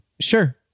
Sure